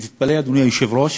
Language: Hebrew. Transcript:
ותתפלא, אדוני היושב-ראש,